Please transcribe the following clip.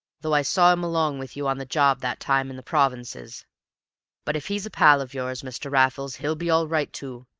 though i saw him along with you on the job that time in the provinces but if he's a pal of yours, mr. raffles, he'll be all right too.